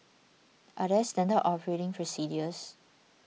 are there standard operating procedures